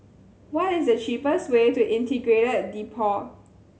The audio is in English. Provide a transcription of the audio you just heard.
what is the cheapest way to Integrated Depot